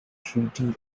treaty